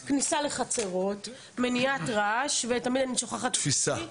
כניסה לחצרות, מניעת רעש, ותפיסה.